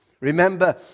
Remember